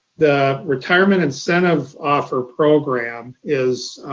the retirement incentive offer program is